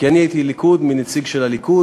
כי אני הייתי ליכוד, מין נציג של הליכוד.